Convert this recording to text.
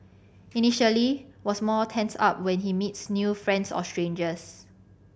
initially was more tensed up when he meets new friends or strangers